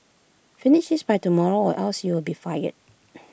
finish this by tomorrow or else you'll be fired